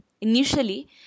initially